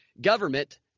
government